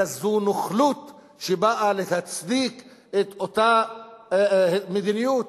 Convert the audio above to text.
אלא זאת נוכלות שבאה להצדיק את אותה מדיניות